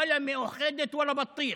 ואללה מאוחדת, ואללה בטיח.